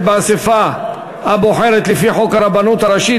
באספה הבוחרת לפי חוק הרבנות הראשית,